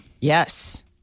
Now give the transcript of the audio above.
Yes